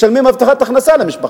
משלמים הבטחת הכנסה למשפחתו.